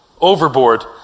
overboard